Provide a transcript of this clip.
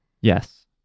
Yes